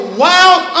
wild